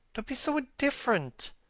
don't be so indifferent.